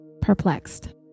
perplexed